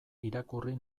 irakurri